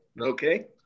Okay